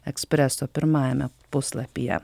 ekspreso pirmajame puslapyje